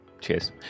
Cheers